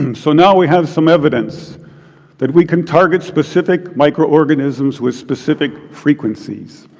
and so now we have some evidence that we can target specific microorganisms with specific frequencies.